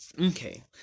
Okay